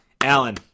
Alan